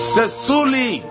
Sesuli